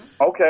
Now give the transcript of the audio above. Okay